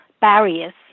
barriers